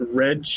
red